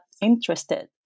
interested